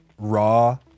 raw